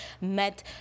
met